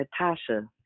Natasha